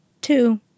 Two